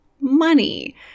money